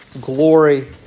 glory